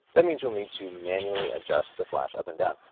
that means you'll need to manually adjust the flash up and down.